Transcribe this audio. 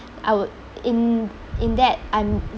I would in in that I'm